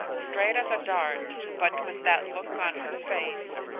straight as a dart, but with that look on her face,